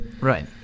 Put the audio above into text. Right